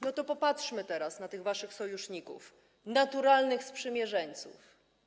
No to popatrzmy teraz na tych waszych sojuszników, naturalnych sprzymierzeńców.